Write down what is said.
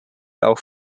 auch